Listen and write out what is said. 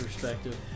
perspective